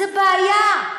זו בעיה.